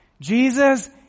Jesus